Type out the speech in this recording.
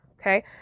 Okay